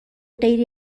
غیر